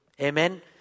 Amen